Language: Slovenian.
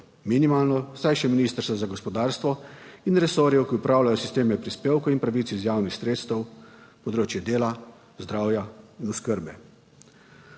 minimalno vsaj še Ministrstva za gospodarstvo in resorjev, ki opravljajo sisteme prispevkov in pravic iz javnih sredstev, področje dela, zdravja in oskrbe.